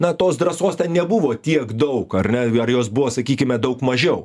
na tos drąsos ten nebuvo tiek daug ar ne jos buvo sakykime daug mažiau